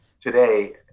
today